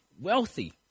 wealthy